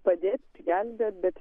padėt gelbėt bet